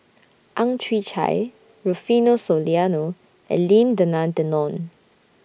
Ang Chwee Chai Rufino Soliano and Lim Denan Denon